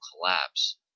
collapse